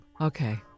Okay